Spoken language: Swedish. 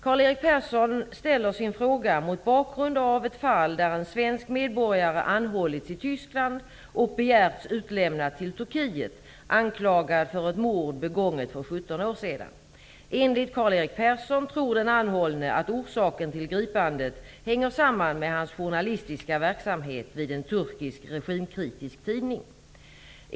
Karl-Erik Persson ställer sin fråga mot bakgrund av ett fall där en svensk medborgare anhållits i Tyskland och begärts utlämnad till Turkiet, anklagad för ett mord begånget för 17 år sedan. Enligt Karl-Erik Persson tror den anhållne att orsaken till gripandet hänger samman med hans journalistiska verksamhet vid en turkisk regimkritisk tidning.